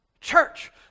church